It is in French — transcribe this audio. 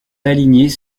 alignés